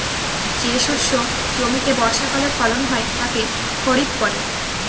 যে শস্য জমিতে বর্ষাকালে ফলন হয় তাকে খরিফ বলে